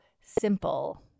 simple